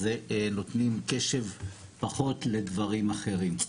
אז נותנים קשב פחות לדברים אחרים.